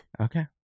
Okay